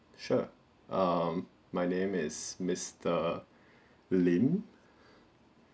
sure err my name is mister lim